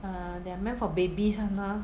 err they are meant for babies [one] mah